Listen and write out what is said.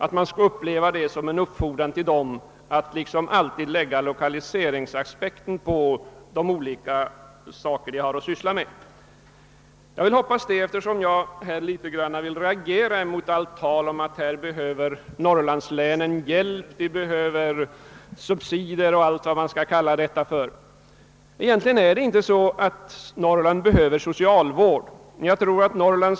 De skall känna sig uppfordrade att alltid anlägga lokaliseringsaspekten på de olika uppgifter de har att ägna sig åt. Jag vill hysa denna förhoppning eftersom jag reagerade en smula mot det myckna talet om att norrlandslänen skulle behöva hjälp eller subsidier av olika slag. Norrland behöver inte någon socialvård.